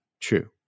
true